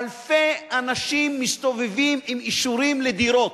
אלפי אנשים מסתובבים עם אישורים לדירות,